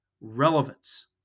relevance